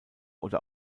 oder